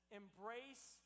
embrace